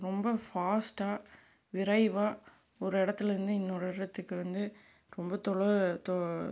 ரொம்ப ஃபாஸ்ட்டாக விரைவாக ஒரு இடத்துல இருந்து இன்னொரு இடத்துக்கு வந்து ரொம்ப தொல தொ